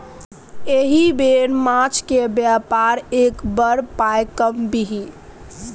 एहि बेर माछक बेपार कए बड़ पाय कमबिही